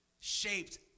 shaped